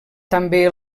també